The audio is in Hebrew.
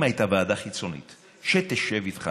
אם הייתה ועדה חיצונית שתשב איתך